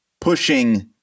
pushing